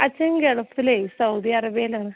അച്ഛൻ ഗൾഫിൽ സൗദി അറേബ്യാലാണ്